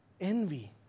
envy